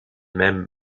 même